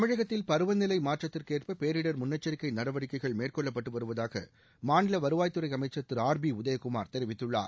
தமிழகத்தில் பருவநிலை மாற்றத்திற்கு ஏற்ப பேரிடர் முன்னெச்சரிக்கை நடவடிக்கைகள் மேற்கொள்ளப்பட்டு வருவதாக மாநில வருவாய்த்துறை அமைச்சர் திரு ஆர் பி உதயகுமார் தெரிவித்துள்ளார்